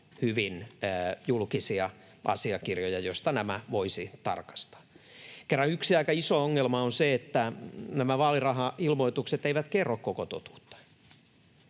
hyvin olla julkisia asiakirjoja, joista nämä voisi tarkastaa, kerran yksi aika iso ongelma on se, että nämä vaalirahailmoitukset eivät kerro koko totuutta.